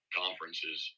conferences